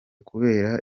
kubera